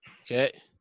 Okay